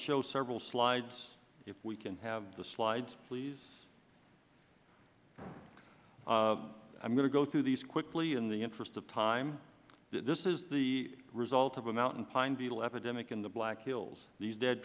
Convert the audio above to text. show several slides if we can have the slides please i am going to go through these quickly in the interest of time this is the result of a mountain pine beetle epidemic in the black hills these dead